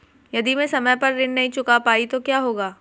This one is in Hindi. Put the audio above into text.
यदि मैं समय पर ऋण नहीं चुका पाई तो क्या होगा?